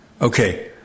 Okay